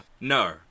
no